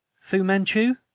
Fu-Manchu